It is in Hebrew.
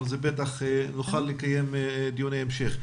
נוכל בוודאי לקיים דיוני המשך.